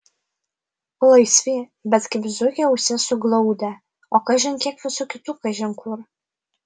laisvi bet kaip zuikiai ausis suglaudę o kažin kiek visų kitų kažin kur